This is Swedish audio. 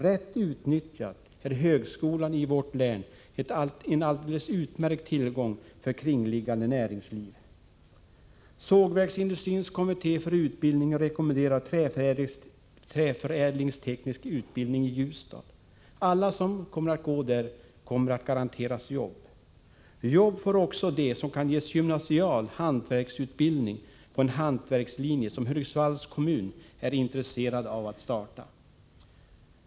Rätt utnyttjad är högskolan i vårt län en alldeles utmärkt tillgång för kringliggande näringsliv. Sågverksindustrins kommitté för utbildning rekommenderar träförädlingsteknisk utbildning i Ljusdal. Alla som kommer att gå där är garanterade jobb. Jobb får också de som kan ges gymnasial hantverksutbildning på en hantverkslinje som Hudiksvalls kommun är intresserad av att starta.